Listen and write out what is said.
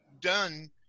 done